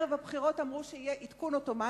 ערב הבחירות הם אמרו שיהיה עדכון אוטומטי,